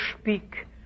speak